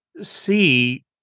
see